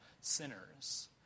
sinners